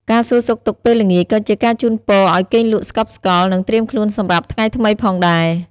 ការសួរសុខទុក្ខពេលល្ងាច ក៏ជាការជូនពរឲ្យគេងលក់ស្កប់ស្កល់ និងត្រៀមខ្លួនសម្រាប់ថ្ងៃថ្មីផងដែរ។